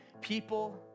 people